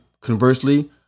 conversely